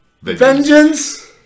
Vengeance